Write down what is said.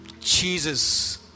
Jesus